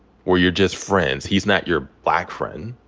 where you're just friends. he's not your black friend.